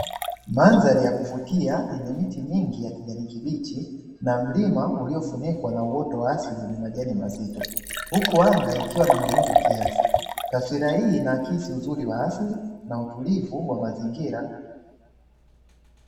Mandhari ya kuvutia yenye miti mingi ya kijani kibichi na mlima uliofunikwa na uoto wa asili wenye majani mazito, huku anga ikiwa na mawingu kiasi. Taswira hii inaakisi uzuri wa asili na utulivu wa mazingira.